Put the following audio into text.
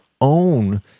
own